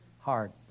Hard